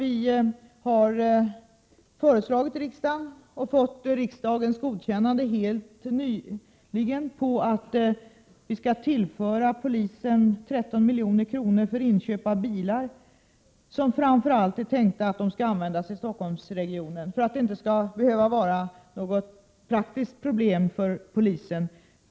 För det första har vi föreslagit riksdagen att polisen skall tillföras 13 milj.kr. för inköp av bilar, som framför allt skall användas inom Stockholmsregionen. Detta förslag har helt nyligen bifallits av riksdagen.